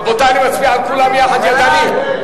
רבותי, אני מצביע על כולן יחד, ידני.